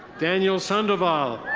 daniel sandoval.